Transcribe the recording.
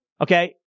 okay